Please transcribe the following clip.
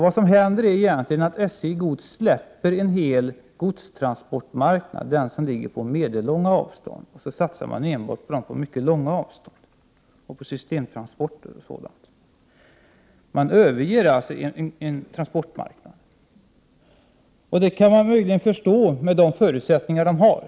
Vad som händer är egentligen att SJ Gods släpper en hel godstransportmarknad, den som ligger på medellånga avstånd, och satsar enbart på transporter på mycket långa avstånd och på systemtransporter. Man överger alltså en transportmarknad. Det kan man möjligen förstå, med de förutsättningar SJ har.